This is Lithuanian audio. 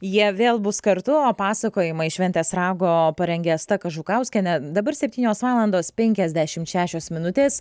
jie vėl bus kartu o pasakojimą iš ventės rago parengė asta kažukauskienė dabar septynios valandos penkiasdešimt šešios minutės